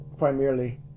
Primarily